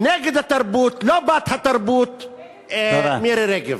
נגד התרבות, לא בת-התרבות, מירי רגב.